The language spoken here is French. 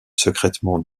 secrètement